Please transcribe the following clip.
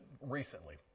recently